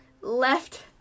left